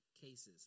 Cases